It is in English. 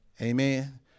Amen